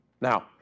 Now